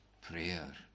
prayer